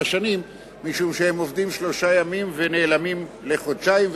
שנים משום שהם עובדים שלושה ימים ונעלמים לחודשיים,